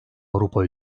avrupa